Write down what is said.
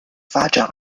发展